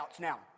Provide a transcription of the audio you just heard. now